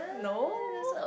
no